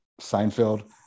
Seinfeld